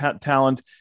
talent